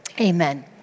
amen